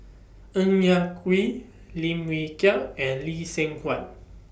Ng Yak Whee Lim Wee Kiak and Lee Seng Huat